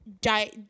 die